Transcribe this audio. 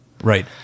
Right